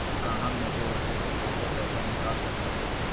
का हम मैच्योरिटी से पहले पैसा निकाल सकली हई?